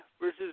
versus